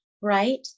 right